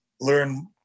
learn